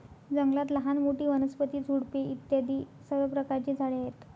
जंगलात लहान मोठी, वनस्पती, झुडपे इत्यादी सर्व प्रकारची झाडे आहेत